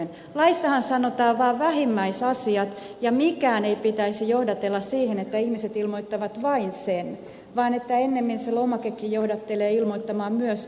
laissahan sanotaan vaan vähimmäisasiat ja minkään ei pitäisi johdatella siihen että ihmiset ilmoittavat vain sen vaan ennemmin se lomakekin johdattelee ilmoittamaan myös enemmän